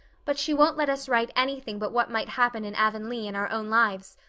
but she won't let us write anything but what might happen in avonlea in our own lives,